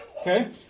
Okay